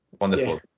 Wonderful